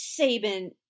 Saban